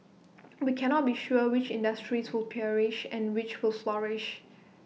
we cannot be sure which industries will perish and which will flourish